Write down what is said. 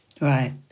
Right